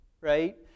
right